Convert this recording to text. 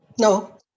No